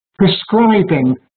prescribing